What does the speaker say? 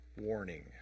warning